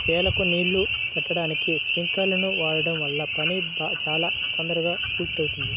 చేలకు నీళ్ళు బెట్టడానికి స్పింకర్లను వాడడం వల్ల పని చాలా తొందరగా పూర్తవుద్ది